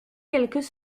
quelques